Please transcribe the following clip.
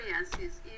experiences